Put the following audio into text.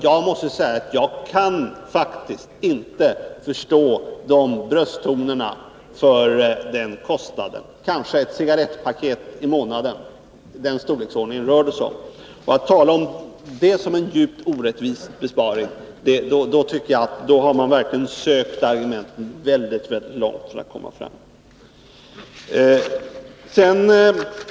Jag måste säga att jag faktiskt inte förstår brösttonerna när det gäller den kostnaden — kanske ett cigarettpaket i månaden, för den storleksordningen rör det sig om. När man talar om detta som en djupt orättvis besparing, så tycker jag att man verkligen gått väldigt långt för att söka argument.